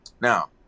Now